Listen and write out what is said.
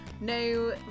No